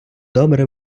добре